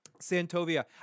Santovia